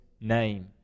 name